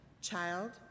Child